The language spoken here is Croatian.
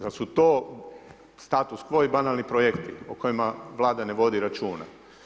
Zar su to status quo i banalni projekti o kojima Vlada ne vodi računa.